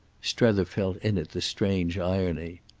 strether felt in it the strange irony.